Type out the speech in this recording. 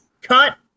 cut